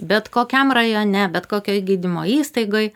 bet kokiam rajone bet kokioj gydymo įstaigoj